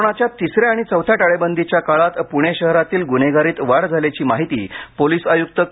कोरोनाच्या तिसऱ्या आणि चौथ्या टाळेबंदीच्या काळात पुणे शहरातील गुन्हेगारीत वाढ झाल्याची माहिती पोलीस आयुक्त के